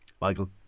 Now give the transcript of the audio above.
Michael